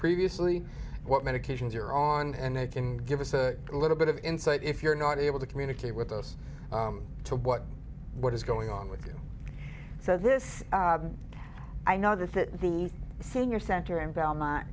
previously what medications you're on and they can give us a little bit of insight if you're not able to communicate with us to what what is going on with so this i notice that the senior center in belmont